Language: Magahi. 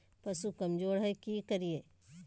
पशु कमज़ोर है कि करिये?